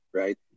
right